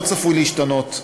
לא צפוי להשתנות,